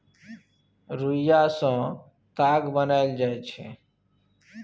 रुइया सँ ताग बनाएल जाइ छै